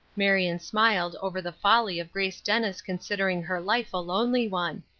marion smiled over the folly of grace dennis considering her life a lonely one.